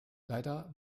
leider